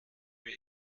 mir